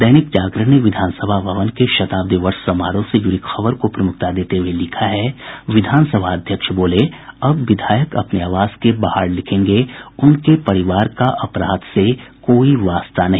दैनिक जागरण ने विधानसभा भवन के शताब्दी वर्ष समारोह से जूड़ी खबर को प्रमुखता देते हुये लिखा है विधानसभा अध्यक्ष बोले अब विधायक अपने आवास के बाहर लिखेंगे उनके परिवार का अपराध से कोई वास्ता नहीं